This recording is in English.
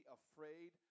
afraid